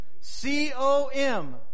C-O-M